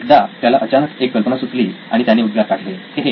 एकदा त्याला अचानक एक कल्पना सुचली आणि त्याने उद्गार काढले हे हे